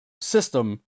system